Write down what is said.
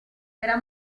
era